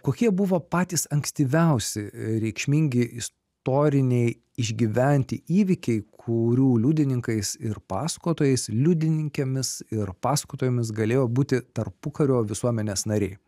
kokie buvo patys ankstyviausi reikšmingi istoriniai išgyventi įvykiai kurių liudininkais ir pasakotojais liudininkėmis ir pasakotojomis galėjo būti tarpukario visuomenės nariai